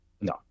No